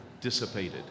dissipated